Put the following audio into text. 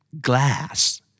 Glass